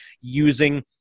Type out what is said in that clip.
using